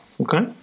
Okay